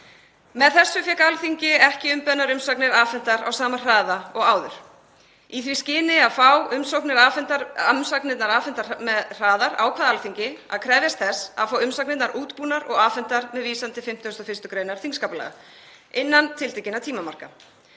Með þessu fékk Alþingi ekki umbeðnar umsagnir afhentar á sama hraða og áður. Í því skyni að fá umsagnirnar afhentar hraðar ákvað Alþingi að krefjast þess að fá umsagnirnar útbúnar og afhentar með vísan til 51. gr. þingskapalaga innan tiltekinna tímamarka.